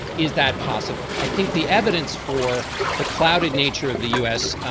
is that possible? i think the evidence for the clouded nature of the u s.